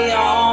on